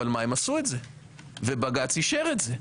אבל מה, הם עשו את זה ובג"צ אישר את זה.